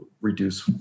reduce